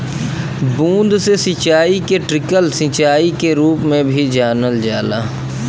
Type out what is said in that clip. बूंद से सिंचाई के ट्रिकल सिंचाई के रूप में भी जानल जाला